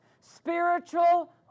spiritual